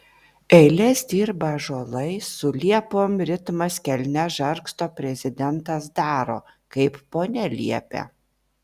eiles dirba ąžuolai su liepom ritmas kelnes žargsto prezidentas daro kaip ponia liepia